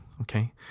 Okay